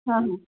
हां हां